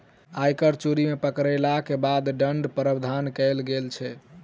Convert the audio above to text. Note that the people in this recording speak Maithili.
आयकर चोरी मे पकड़यलाक बाद दण्डक प्रावधान कयल गेल छै